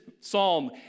psalm